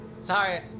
Sorry